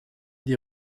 des